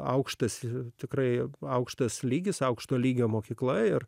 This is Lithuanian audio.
aukštas ir tikrai aukštas lygis aukšto lygio mokykla ir